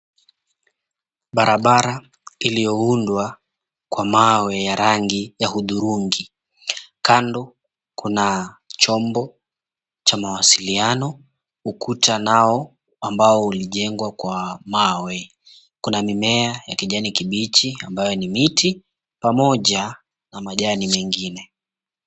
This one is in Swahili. Barabara iliyoundwa kwa mawe ya rangi ya hudhurungi. Kando kuna chombo cha mawasiliano, ukuta nao ambao ulijengwa kwa mawe. Kuna mimea ya kijanikibichi ambayo ni miti pamoja na majani mengine.